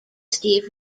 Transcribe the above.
steve